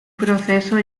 proceso